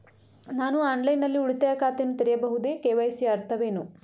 ನಾನು ಆನ್ಲೈನ್ ನಲ್ಲಿ ಉಳಿತಾಯ ಖಾತೆಯನ್ನು ತೆರೆಯಬಹುದೇ? ಕೆ.ವೈ.ಸಿ ಯ ಅರ್ಥವೇನು?